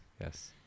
yes